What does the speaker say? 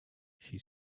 she